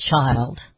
child